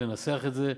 ננסח את זה,